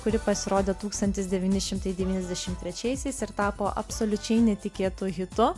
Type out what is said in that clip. kuri pasirodė tūkstantis devyni šimtai devyniasdešim trečiaisiais ir tapo absoliučiai netikėtu hitu